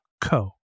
co